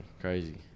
crazy